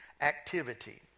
Activity